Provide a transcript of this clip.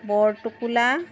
বৰটোকোলা